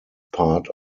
part